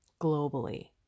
globally